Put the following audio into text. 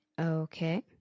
Okay